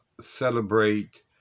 celebrate